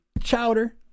chowder